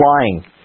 Flying